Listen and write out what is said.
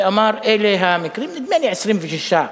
ואמר: אלה המקרים נדמה לי 26,